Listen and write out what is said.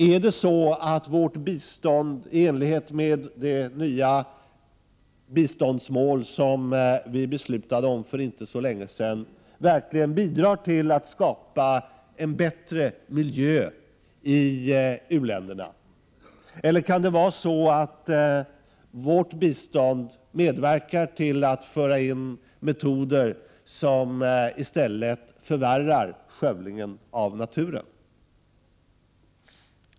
Bidrar vårt bistånd, i enlighet med det nya biståndsmål som vi fattade beslut om för inte så länge sedan, verkligen till att skapa en bättre miljö i u-länderna, eller medverkar vårt bistånd till att metoder som i stället förvärrar skövlingen av naturen införs?